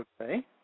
Okay